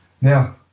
Now